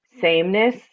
sameness